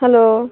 hello